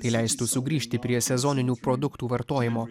tai leistų sugrįžti prie sezoninių produktų vartojimo